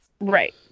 Right